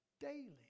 daily